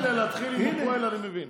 מילא להתחיל עם הפועל, אני מבין.